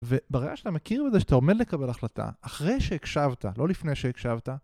ובראיה שלה מכיר בזה שאתה עומד לקבל החלטה אחרי שהקשבת, לא לפני שהקשבת.